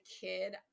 kid